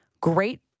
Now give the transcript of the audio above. great